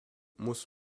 muss